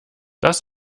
das